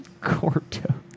Corto